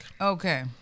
Okay